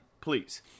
please